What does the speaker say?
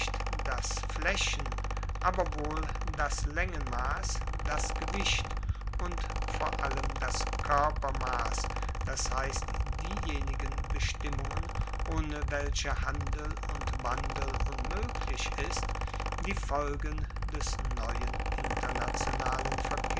das flaechen aber wohl das laengenmass das gewicht und vor allem das koerpermass das heisst diejenigen bestimmungen ohne welche handel und wandel unmoeglich ist die folgen des neuen internationalen